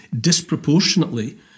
disproportionately